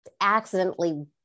accidentally